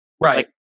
Right